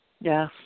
Yes